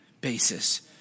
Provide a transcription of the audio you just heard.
basis